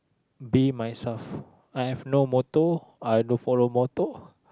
be myself I have no motto I don't follow motto